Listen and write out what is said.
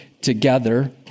together